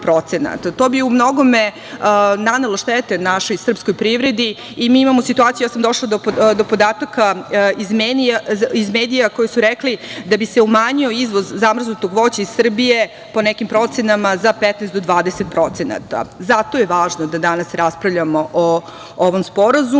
bi u mnogome nanelo štete našoj srpskoj privredi i mi imamo situaciju, ja sam došla do podataka iz medija koji su rekli, da bi se umanjio izvoz zamrznutog voća iz Srbije, po nekim procenama za 15% do 20%. Zato je važno da danas raspravljamo o ovom sporazumu